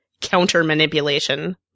counter-manipulation